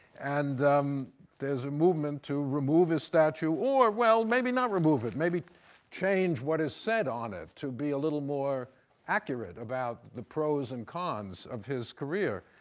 and um there's movement to remove his statue, or, well, maybe not remove it, maybe change what is said on it to be a little more accurate about the pros and cons of his career.